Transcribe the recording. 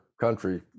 country